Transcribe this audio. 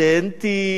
בסטודנטים,